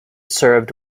served